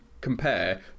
compare